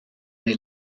neu